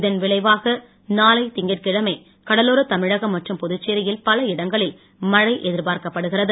இதன் விளைவாக நாளை திங்கட்கிழமை கடலோரத் தமிழகம் மற்றும் புதுச்சேரி யில் பல இடங்களில் மழை எதிர்பார்க்கப் படுகிறது